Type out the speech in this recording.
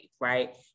right